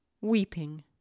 Weeping